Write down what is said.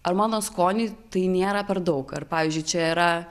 ar mano skoniui tai nėra per daug ar pavyzdžiui čia yra